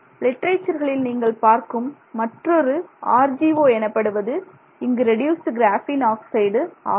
லிட்டரேச்சர்களின் நீங்கள் பார்க்கும் மற்றொரு rGO எனப்படுவது இங்கு ரெடியூசுடு கிராஃபீன் ஆக்சைடு ஆகும்